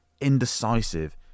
indecisive